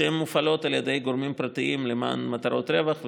שמופעלות על ידי גופים פרטיים למען מטרות רווח,